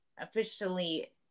officially